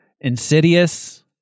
Insidious